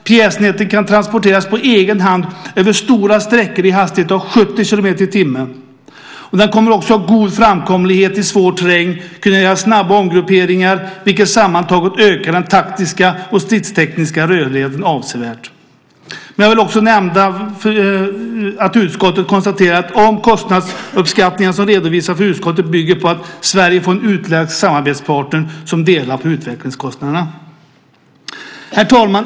Pjäsenheten kan också transportera sig på egen hand över stora sträckor i en hastighet av 70 kilometer i timmen. Den kommer också att ha en god framkomlighet i svår terräng och kunna göra snabba omgrupperingar, vilket sammantaget ökar den taktiska och stridstekniska rörligheten avsevärt. Utskottet konstaterar även att de kostnadsuppskattningar som redovisats för utskottet bygger på att Sverige får en utländsk samarbetspartner som delar på utvecklingskostnaderna. Herr talman!